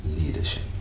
leadership